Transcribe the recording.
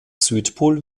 südpol